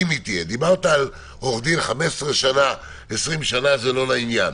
דיברת על עורך דין של 15 20 שנה, שזה לא לעניין.